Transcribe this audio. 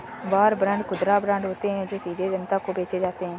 war bond खुदरा bond होते हैं जो सीधे जनता को बेचे जाते हैं